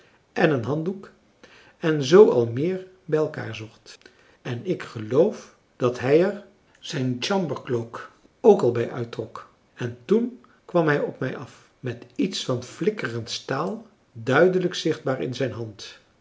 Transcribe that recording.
en een handdoek en zoo al meer bij elkaar zocht en ik geloof dat hij er zijn chambercloak ook al bij uittrok en toen kwam hij op mij af met iets van flikkerend staal duidelijk zichtbaar in zijn hand